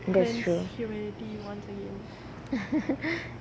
that's true